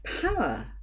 power